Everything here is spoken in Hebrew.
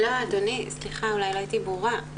אדוני, סליחה, אולי לא הייתי ברורה.